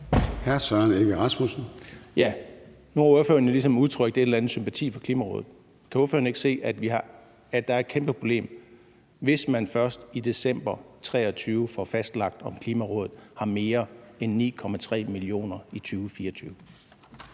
Søren Egge Rasmussen (EL): Nu har ordføreren jo ligesom udtrykt en eller anden sympati for Klimarådet. Kan ordføreren ikke se, at der er et kæmpe problem, hvis man først i december 2023 får fastlagt, om Klimarådet har mere end 9,3 mio. kr. i 2024?